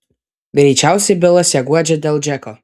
greičiausiai bilas ją guodžia dėl džeko